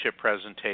presentation